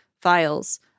files